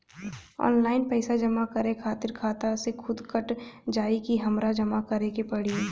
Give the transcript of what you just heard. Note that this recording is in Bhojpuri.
ऑनलाइन पैसा जमा करे खातिर खाता से खुदे कट जाई कि हमरा जमा करें के पड़ी?